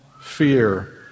fear